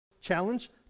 challenge